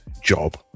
job